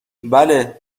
بله